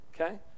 okay